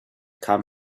come